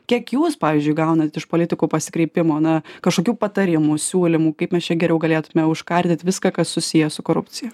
kiek jūs pavyzdžiui gaunant iš politikų pasikreipimo na kažkokių patarimų siūlymų kaip mes čia geriau galėtume užkardyt viską kas susiję su korupcija